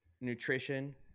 nutrition